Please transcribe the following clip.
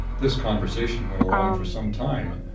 this conversation went along for some time,